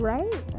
Right